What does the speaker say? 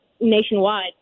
nationwide